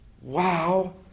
Wow